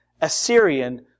Assyrian